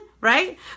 right